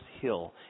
hill